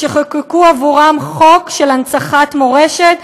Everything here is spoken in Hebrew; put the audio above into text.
שחוקקו עבורם חוק של הנצחת מורשת,